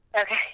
Okay